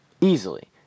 Easily